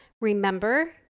remember